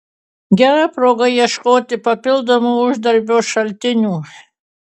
gera proga ieškoti papildomų uždarbio šaltinių